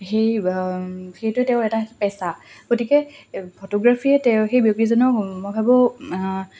সেই সেইটোৱে তেওঁৰ এটা পেচা গতিকে ফটোগ্ৰাফীয়ে তেওঁ সেই ব্যক্তিজনক মই ভাবোঁ